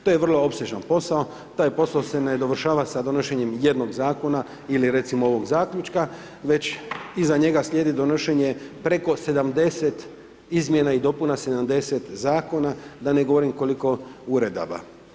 To je vrlo opsežan posao, taj posao se ne dovršava sa donošenjem jednog zakona, ili recimo ovog zaključka, već iza njega slijedi donošenje preko 70 izmjena i dopuna, 70 zakonima, da ne govorim, koliko uredaba.